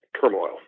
turmoil